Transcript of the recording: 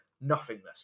nothingness